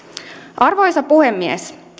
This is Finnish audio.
arvoisa puhemies